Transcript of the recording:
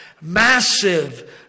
massive